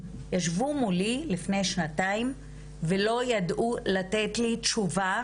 ישבו מולי לפני שנתיים ולא ידעו לתת לי תשובה כמה.